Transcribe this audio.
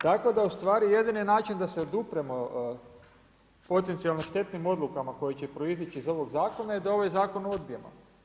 Tako da ustvari jedini način da se odupremo potencijalno štetnim odlukama koje će proizići iz ovog zakona je da ovaj zakon odbijemo.